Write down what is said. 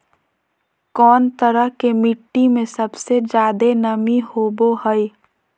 कौन तरह के मिट्टी में सबसे जादे नमी होबो हइ?